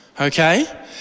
Okay